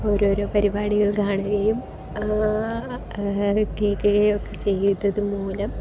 ഓരോരോ പരിപാടികൾ കാണുകയും കേൾക്കുകയൊക്കെ ചെയ്തത് മൂലം